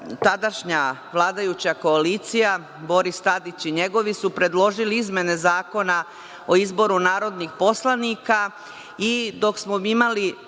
tadašnja vladajuća koalicija, Boris Tadić i njegovi, su predložili izmene Zakona o izboru narodnih poslanika i dok smo imali